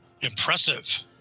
Impressive